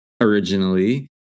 originally